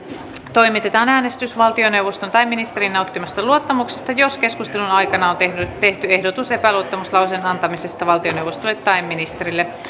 toimitetaan äänestys valtioneuvoston tai ministerin nauttimasta luottamuksesta jos keskustelun aikana on tehty tehty ehdotus epäluottamuslauseen antamisesta valtioneuvostolle tai ministerille